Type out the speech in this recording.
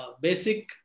basic